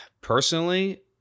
Personally